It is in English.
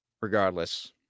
regardless